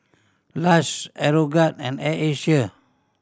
Lush Aeroguard and Air Asia